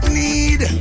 need